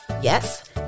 Yes